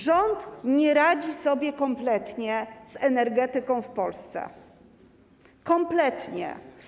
Rząd nie radzi sobie kompletnie z energetyką w Polsce, kompletnie.